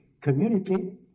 community